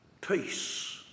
Peace